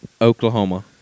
Oklahoma